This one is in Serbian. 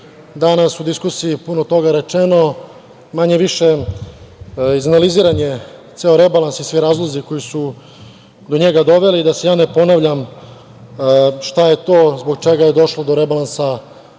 danas u diskusiji puno toga rečeno, manje više izanaliziran je ceo rebalans i svi razlozi koji su do njega doveli. Da se ne ponavljam šta je to zbog čega je došlo do rebalansa već